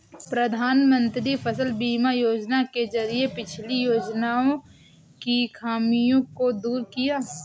प्रधानमंत्री फसल बीमा योजना के जरिये पिछली योजनाओं की खामियों को दूर किया